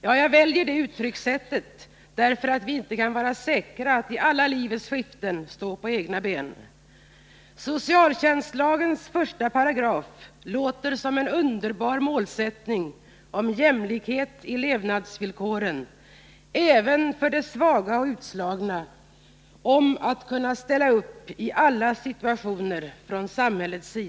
Ja, jag väljer det uttryckssättet därför att vi inte kan vara säkra i livets alla skiften att stå på egna ben. Socialtjänstlagens första paragraf låter som en underbar målsättning om jämlikhet i levnadsvillkoren även för de svaga och utslagna, om att samhället skall kunna ställa upp i alla situationer.